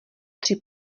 tři